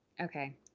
Okay